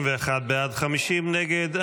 61 בעד, 50 נגד.